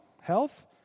health